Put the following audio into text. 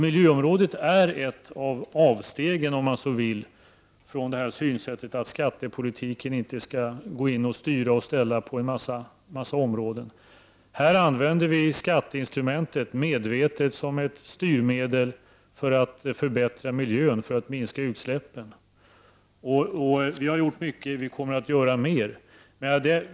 Miljöområdet är ett av avstegen — om man så vill uttrycka det — från synsättet att skattepolitiken inte skall styra och ställa på en mängd områden. Här använder vi skatteinstrumentet medvetet som ett styrmedel för att förbättra miljön, för att minska utsläppen. Vi har gjort mycket, och vi kommer att göra mer.